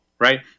right